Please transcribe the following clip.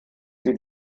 sie